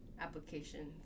applications